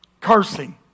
cursing